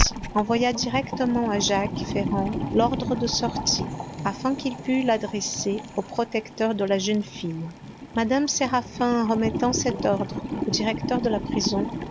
envoya directement à jacques ferrand l'ordre de sortie afin qu'il pût l'adresser aux protecteurs de la jeune fille mme séraphin en remettant cet ordre au directeur de la prison